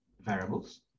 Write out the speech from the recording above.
variables